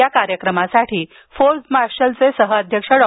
या कार्यक्रमासाठी फोर्ब्स मार्शलचे सहअध्यक्ष डॉ